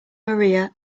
maria